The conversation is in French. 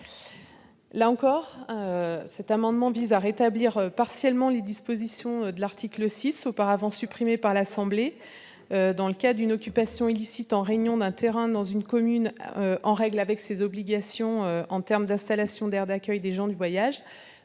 Noël. Cet amendement vise à rétablir partiellement les dispositions de l'article 6 supprimées par l'Assemblée nationale. Dans le cas d'une occupation illicite en réunion d'un terrain dans une commune en règle avec ses obligations en matière d'installation d'aires d'accueil des gens du voyage,